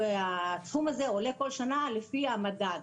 והסכום הזה עולה כל שנה לפי המדד.